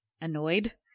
annoyed